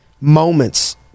moments